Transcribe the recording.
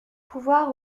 pouvoir